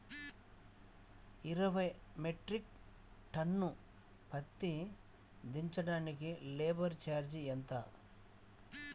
ఇరవై metric tonne పత్తి దించటానికి లేబర్ ఛార్జీ ఎంత?